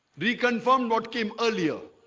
reconfirmed what came earlier